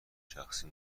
شخصی